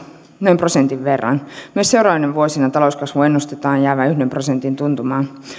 noin prosentin verran myös seuraavina vuosina talouskasvun ennustetaan jäävän yhden prosentin tuntumaan